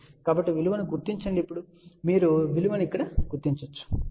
కాబట్టి విలువను గుర్తించండి కాబట్టి మీరు విలువను ఇక్కడ గుర్తించవచ్చు